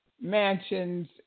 mansions